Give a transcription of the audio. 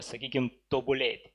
sakykim tobulėti